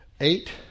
eight